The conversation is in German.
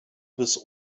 bis